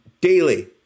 daily